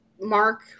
Mark